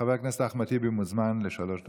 חבר הכנסת אחמד טיבי מוזמן לשלוש דקות.